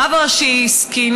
הרב הראשי הסכים.